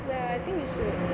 ya I think you should